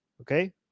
okay